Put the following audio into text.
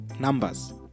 numbers